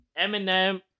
Eminem